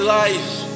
life